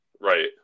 Right